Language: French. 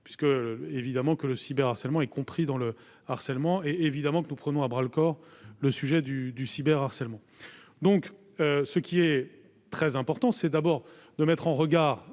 puisque évidemment que le cyber-harcèlement est compris dans le harcèlement et évidemment que nous prenons à bras le corps le sujet du du cyber harcèlement donc ce qui est très important, c'est d'abord de mettre en regard